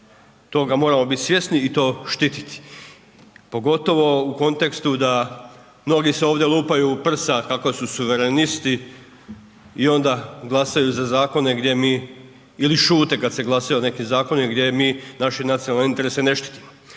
toga moramo biti svjesni i to štititi, pogotovo u kontekstu da mnogi se ovdje lupaju u prsa kako su suverenisti i onda glasaju za zakone gdje mi ili šute kad se glasa o nekim zakonima gdje mi naše nacionalne interese ne štitimo